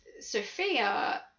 Sophia